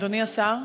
אדוני השר,